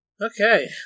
Okay